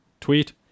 tweet